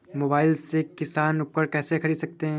Mobile से किसान उपकरण कैसे ख़रीद सकते है?